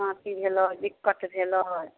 काँटी भेलै बिक्कट भेलै